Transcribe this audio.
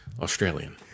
Australian